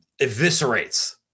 eviscerates